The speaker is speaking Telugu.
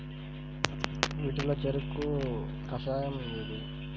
వీటిలో చెరకు కషాయం ఏది?